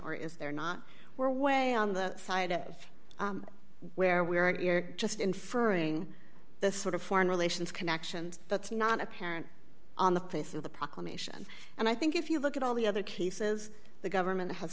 or is there not we're way on the side of where we are just inferring the sort of foreign relations connections that's not apparent on the face of the proclamation and i think if you look at all the other cases the government has